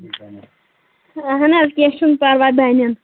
اہَن حظ کیٚنٛہہ چھُنہٕ پَرواے بَنن